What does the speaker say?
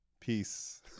peace